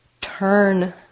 turn